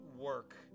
work